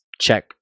check